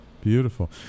Beautiful